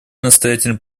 настоятельно